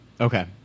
Okay